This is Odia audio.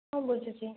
ମୁଁ ବୁଝୁଛି